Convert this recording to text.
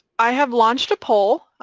i have launched a poll.